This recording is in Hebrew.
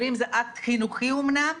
זה אקט חינוכי אומנם,